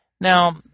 Now